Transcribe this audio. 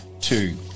two